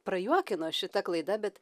prajuokino šita klaida bet